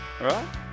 Right